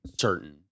certain